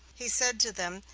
he said to them,